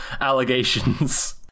allegations